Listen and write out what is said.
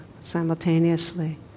simultaneously